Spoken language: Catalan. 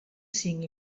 cinc